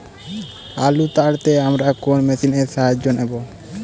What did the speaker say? আলু তাড়তে আমরা কোন মেশিনের সাহায্য নেব?